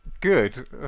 Good